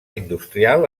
industrial